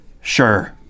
Sure